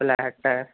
flat ਹੈ